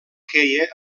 queia